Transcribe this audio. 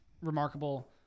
remarkable